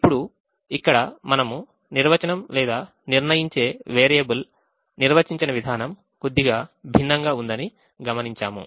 ఇప్పుడు ఇక్కడ మనము నిర్వచనం లేదా నిర్ణయించే వేరియబుల్ నిర్వచించిన విధానం కొద్దిగా భిన్నంగా ఉందని గమనించాము